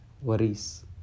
worries